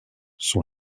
son